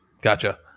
Gotcha